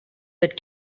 that